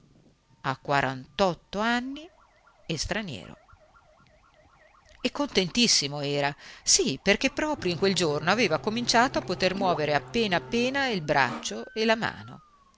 a quarant'otto anni e straniero e contentissimo era sì perché proprio in quel giorno aveva cominciato a poter muovere appena il braccio e la mano